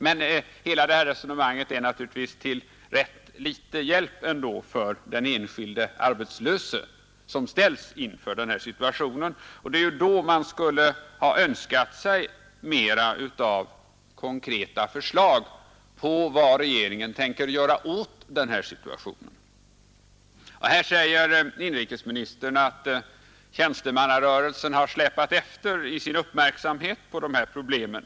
Men hela detta resonemang är naturligtvis till rätt liten hjälp ändå för den enskilde arbetslöse som ställs inför den här situationen, och det är ju då man skulle ha önskat sig mera av konkreta förslag på vad regeringen tänker göra. Inrikesministern säger att tjänstemannarörelsen har släpat efter i sin uppmärksamhet på de här problemen.